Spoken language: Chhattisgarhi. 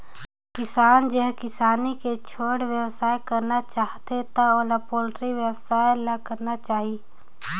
किसान जेहर किसानी के छोयड़ बेवसाय करना चाहथे त ओला पोल्टी बेवसाय ल करना चाही